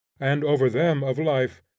and, over them, of life,